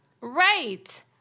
Right